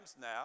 now